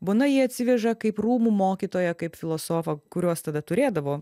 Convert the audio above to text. bona jį atsiveža kaip rūmų mokytoją kaip filosofą kuriuos tada turėdavo